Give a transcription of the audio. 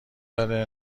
داره